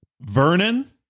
Vernon